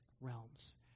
realms